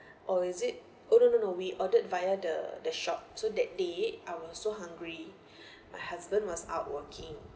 oh is it oh no no no we ordered via the the shop so that day I was so hungry my husband was out working